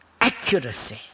accuracy